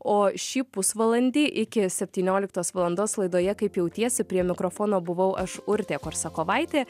o šį pusvalandį iki septynioliktos valandos laidoje kaip jautiesi prie mikrofono buvau aš urtė korsakovaitė